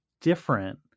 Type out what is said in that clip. different